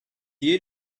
you